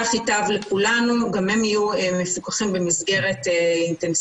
כך ייטב לכולנו וגם הם יהיו מפוקחים במסגרת אינטנסיבית